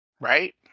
right